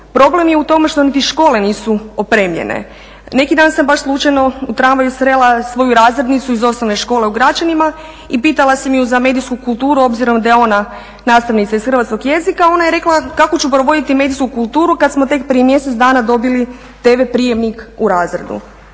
problem je u tome što niti škole nisu opremljene. Neki dan sam baš slučajno u tramvaju srela svoju razrednicu iz osnovne škole u Gračanima i pitala sam ju za medijsku kulturu obzirom da je ona nastavnica iz hrvatskog jezika ona je rekla kako ću provoditi medijsku kulturu kada smo tek prije mjesec dana dobili tv prijemnik u razredu.